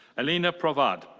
elina provad.